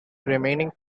remaining